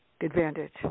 advantage